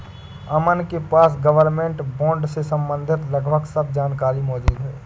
अमन के पास government bond से सम्बंधित लगभग सब जानकारी मौजूद है